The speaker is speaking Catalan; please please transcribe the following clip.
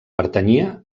pertanyia